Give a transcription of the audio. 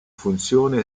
funzione